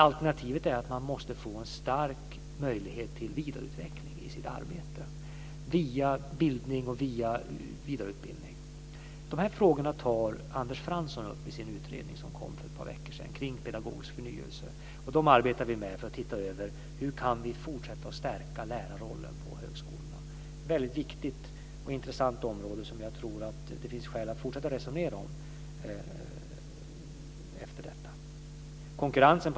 Alternativet är att man måste få en stark möjlighet till vidareutveckling i sitt arbete via bildning och via vidareutbildning. De här frågorna tar Anders Fransson upp i sin utredning kring pedagogisk förnyelse som kom för ett par veckor sedan, och dem arbetar vi med för att se hur vi kan fortsätta att stärka lärarrollen på högskolorna. Det är ett väldigt viktigt och intressant område, som jag tror att det finns skäl att fortsätta att resonera om efter detta.